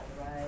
right